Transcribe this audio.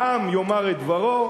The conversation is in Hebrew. העם יאמר את דברו,